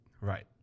Right